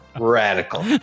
Radical